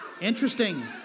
Interesting